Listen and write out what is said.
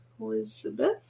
Elizabeth